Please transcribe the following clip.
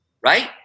right